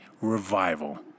revival